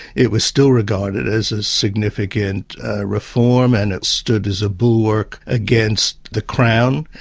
it was still regarded as a significant reform and it stood as a bulwark against the crown,